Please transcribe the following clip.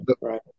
right